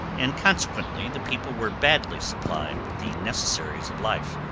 and consequently the people were badly supplied with the necessaries of life.